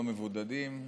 המבודדים,